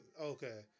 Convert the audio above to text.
okay